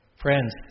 Friends